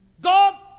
God